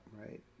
right